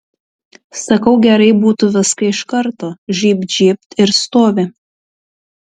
sakau gerai būtų viską iš karto žybt žybt ir stovi